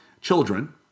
children